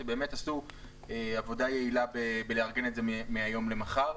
שבאמת עשו עבודה יעילה בלארגן את זה מהיום למחר.